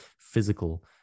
physical